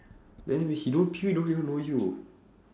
then he don't pe~ don't even know you